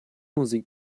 musik